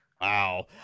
Wow